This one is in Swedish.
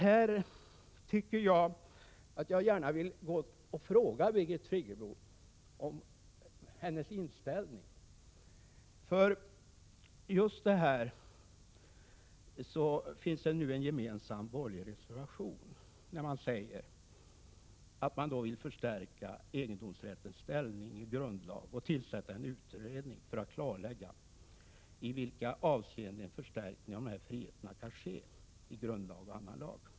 Här vill jag gärna fråga Birgit Friggebo om hennes inställning. I denna fråga finns en gemensam borgerlig reservation, där man säger att man vill förstärka egendomsrättens ställning i grundlag och tillsätta en utredning för att klarlägga i vilka avseenden en förstärkning av denna frihet kan ske i grundlag och annan lag.